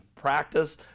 practice